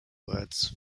words